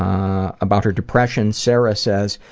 um about her depression, sara says,